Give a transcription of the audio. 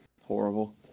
horrible